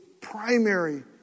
primary